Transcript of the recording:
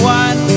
one